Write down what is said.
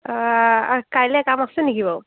কাইলৈ কাম আছে নেকি বাাৰু